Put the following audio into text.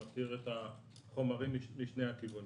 מכיר את החומרים משני הכיוונים.